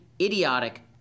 idiotic